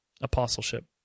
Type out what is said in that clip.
apostleship